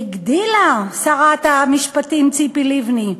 והגדילה שרת המשפטים ציפי לבני: